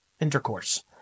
intercourse